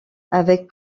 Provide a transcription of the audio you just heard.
avec